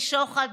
משוחד,